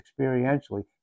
experientially